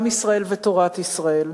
עם ישראל ותורת ישראל.